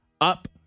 up